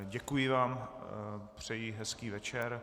Děkuji vám, přeji hezký večer.